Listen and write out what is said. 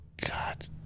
god